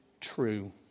true